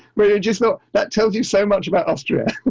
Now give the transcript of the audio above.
where you're just not, that tells you so much about austria.